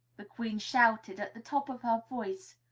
the queen shouted at the top of her voice.